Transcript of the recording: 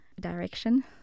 Direction